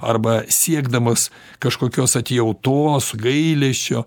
arba siekdamas kažkokios atjautos gailesčio